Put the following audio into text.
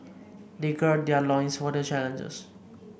they gird their loins for the challenge